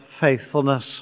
faithfulness